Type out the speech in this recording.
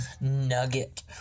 nugget